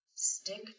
stick